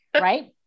right